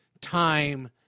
time